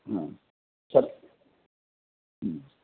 ह्म् सत् ह्म्